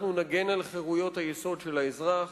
אנחנו נגן על חירויות היסוד של האזרח,